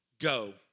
Go